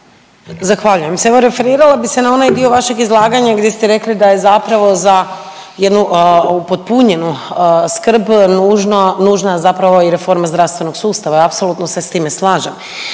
Zahvaljujem se. Evo referirala bih se na onaj dio vašeg izlaganja gdje ste rekli da je zapravo za jednu upotpunjenu skrb nužna zapravo i reforma zdravstvenog sustava i apsolutno se s time slažem.